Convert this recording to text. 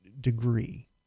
degree